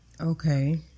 Okay